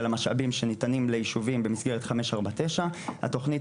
המשאבים שניתנים ליישובים במסגרת 549. התוכנית